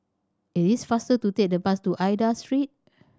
it is faster to take the bus to Aida Street